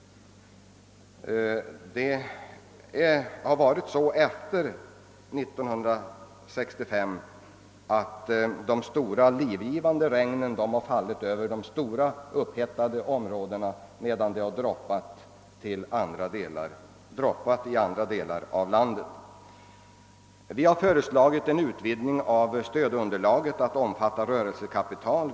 Sedan år 1965 har det varit så att de stora livgivande regnen av investeringsfondsmedel fallit över de arbetsmarknadsmässigt upphettade områdena medan bidragen endast droppat ned i andra delar av landet. Vi har föreslagit en utvidgning av stödunderlaget till att omfatta även rörelsekapital.